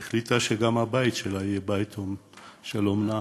היא החליטה שגם הבית שלה יהיה בית של אומנה.